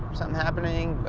something happening, but.